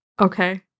Okay